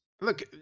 look